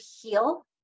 heal